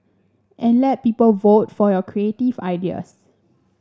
and let people vote for your creative ideas